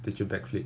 teach you backflip